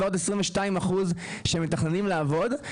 ועוד 22% שהם מתכננים לעבוד.